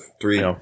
three